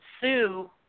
sue